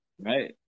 right